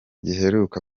giheruka